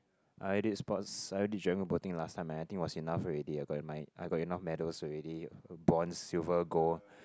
I did sports I did general boating last time and I think was enough already I got my I got enough medals already bronze silver gold